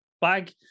bag